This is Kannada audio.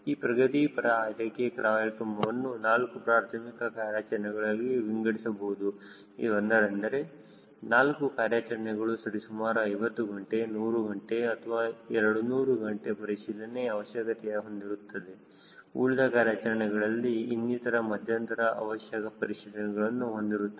ಈ ಪ್ರಗತಿಪರ ಆರೈಕೆ ಕಾರ್ಯಕ್ರಮವನ್ನು 4 ಪ್ರಾರ್ಥಮಿಕ ಕಾರ್ಯಾಚರಣೆಗಳಾಗಿ ವಿಂಗಡಿಸಬಹುದು ಒಂದರಿಂದ ನಾಲ್ಕು ಕಾರ್ಯಾಚರಣೆಗಳು ಸರಿ ಸುಮಾರು 50 ಗಂಟೆ 100 ಗಂಟೆ ಮತ್ತು 200 ಗಂಟೆಗಳ ಪರಿಶೀಲನೆಯ ಅವಶ್ಯಕತೆಯನ್ನು ಹೊಂದಿರುತ್ತದೆ ಉಳಿದ ಕಾರ್ಯಾಚರಣೆಗಳಲ್ಲಿ ಇನ್ನಿತರ ಮಧ್ಯಂತರದ ಅವಶ್ಯಕ ಪರಿಶೀಲನೆ ಗಳನ್ನು ಹೊಂದಿರುತ್ತದೆ